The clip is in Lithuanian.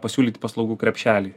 pasiūlyti paslaugų krepšelį